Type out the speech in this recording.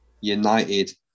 United